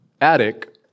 attic